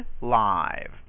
Live